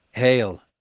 Hail